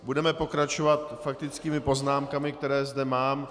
Budeme pokračovat faktickými poznámkami, které zde mám.